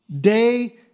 Day